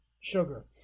sugar